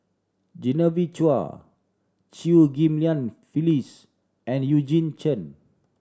Genevieve Chua Chew Ghim Lian Phyllis and Eugene Chen